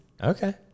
Okay